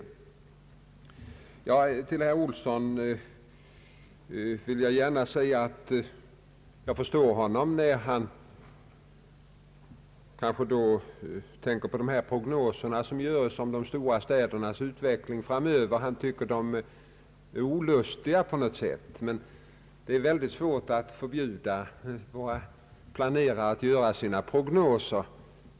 Till herr Olsson vill jag gärna säga att jag förstår honom när han tycker att de prognoser som görs om de stora städernas utveckling framöver är olustiga på något sätt. Men det är svårt att förbjuda våra planerare att göra prognoser.